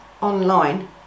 online